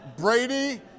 Brady